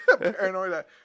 Paranoid